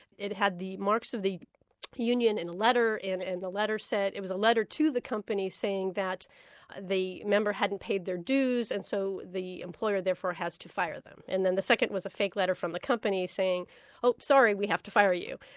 it had the marks of the union in a letter, and the letter said it was a letter to the company saying that the member hadn't paid their dues, and so the employer therefore has to fire them. and the second was a fake letter from the company saying oh, sorry, we have to fire you.